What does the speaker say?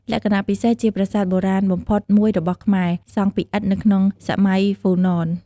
លក្ខណៈពិសេស ជាប្រាសាទបុរាណបំផុតមួយរបស់ខ្មែរ សង់ពីឥដ្ឋនៅក្នុងសម័យហ្វូណន។